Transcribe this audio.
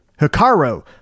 Hikaru